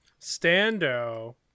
Stando